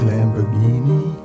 Lamborghini